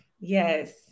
Yes